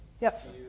Yes